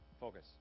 focus